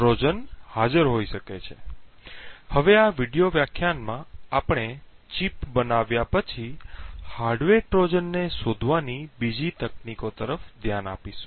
હવે આ વિડિઓ વ્યાખ્યાનમાં આપણે ચિપ બનાવ્યા પછી હાર્ડવેર ટ્રોજનને શોધવાની બીજી તકનીકી તરફ ધ્યાન આપીશું